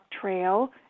Trail